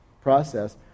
process